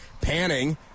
panning